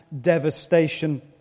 devastation